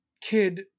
kid